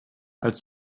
als